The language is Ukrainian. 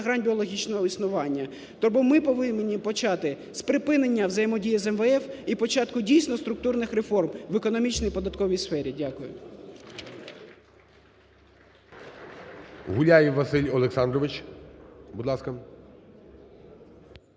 грань біологічного існування. Тому ми повинні почати з припинення взаємодії з МВФ і початку, дійсно, структурних реформ в економічній і податковій сфері. Дякую.